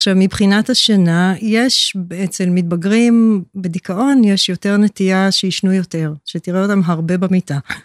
עכשיו, מבחינת השינה, יש אצל מתבגרים בדיכאון, יש יותר נטייה שישנו יותר, שתראה אותם הרבה במיטה.